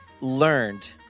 learned